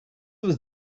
was